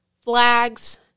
flags